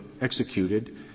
executed